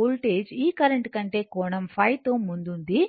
voltage ఈ current కంటే కోణం ϕ తో ముందుంది